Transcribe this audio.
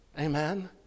Amen